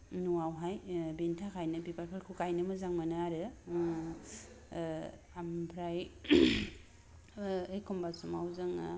न'आवहाय बिनि थाखायनो बिबारफोरखौ गायनो मोजां मोनो आरो ओ ओमफ्राय ओ एखम्बा समाव जोङो